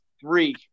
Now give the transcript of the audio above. three